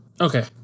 okay